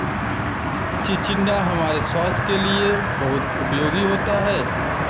चिचिण्डा हमारे स्वास्थ के लिए बहुत उपयोगी होता है